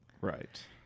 Right